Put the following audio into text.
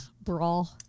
brawl